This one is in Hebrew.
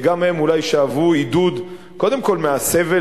גם הם אולי שאבו עידוד קודם כול מהסבל